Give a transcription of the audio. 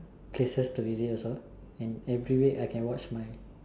places to visit also and every week I can watch my